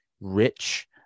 rich